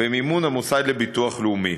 במימון המוסד לביטוח לאומי.